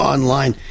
Online